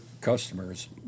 customers